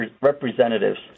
representatives